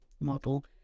model